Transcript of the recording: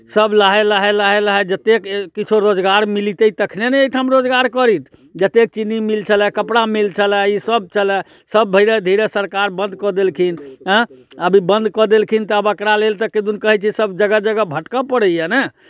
सभ लाहै लाहै लाहै लाहै जतेक किछो रोजगार मिलतै तखने ने एहिठाम रोजगार करैत जतेक चीनी मिल छलए कपड़ा मिल छलए ईसभ छलए सभ धीरे धीरे सरकार बन्द कऽ देलखिन आँय आब ई बन्द कऽ देलखिन तऽ आब एकरा लेल तऽ किदुन कहै छै सभ जगह जगह भटकय पड़ैए ने